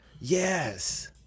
Yes